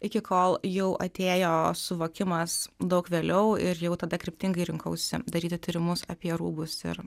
iki kol jau atėjo suvokimas daug vėliau ir jau tada kryptingai rinkausi daryti tyrimus apie rūbus ir